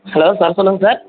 hello sir சொல்லுங்கள் sir